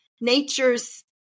nature's